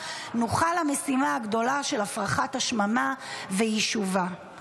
נוכל למשימה הגדולה של הפרחת השממה ויישובה".